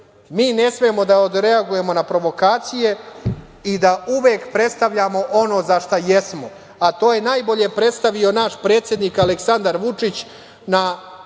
ne smemo da odreagujemo na provokacije i da uvek predstavljamo ono za šta jesmo, a to je najbolje predstavio naš predsednik Aleksandar Vučić,